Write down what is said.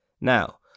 Now